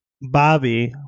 Bobby